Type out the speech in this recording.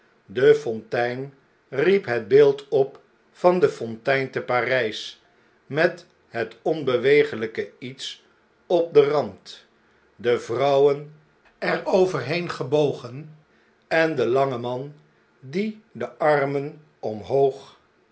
de fontein riep het beeld op van de fontein te p a r ij s met het onbewegelijke iets op den rand de vrouwen er overheen gebogen en de lange man die de armen omhoog